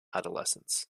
adolescents